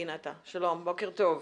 שלום, בוקר טוב.